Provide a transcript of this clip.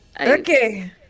Okay